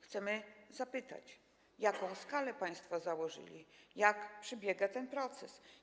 Chcemy zapytać, jaką skalę państwo założyli, jak przebiega ten proces.